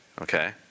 okay